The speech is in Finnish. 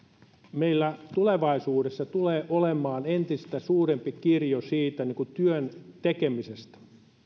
meillä tulevaisuudessa tulee olemaan entistä suurempi kirjo työn tekemisessä